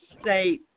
state